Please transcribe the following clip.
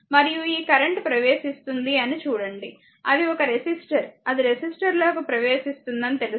మరియు ఈ కరెంట్ ప్రవేశిస్తుంది అని చూడండి అది ఒక రెసిస్టర్ అది రెసిస్టర్ లోకి ప్రవేశిస్తుందని తెలుసు